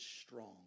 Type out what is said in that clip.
strong